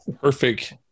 Perfect